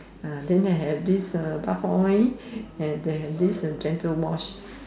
uh then they have this uh bath oil and they have this uh gentle wash